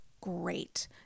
great